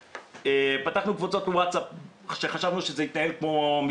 פתחנו באופן אישי קבוצות ווואטסאפ כל מחוז,